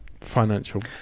Financial